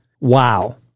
wow